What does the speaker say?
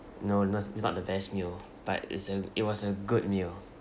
no no it's not the best meal but is a it was a good meal